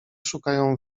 szukają